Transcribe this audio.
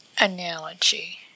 analogy